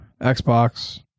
Xbox